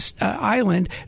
island